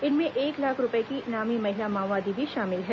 इनमें एक लाख रूपये की इनामी महिला माओवादी भी शामिल है